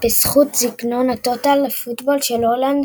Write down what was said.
בזכות סגנון הטוטאל פוטבול של הולנד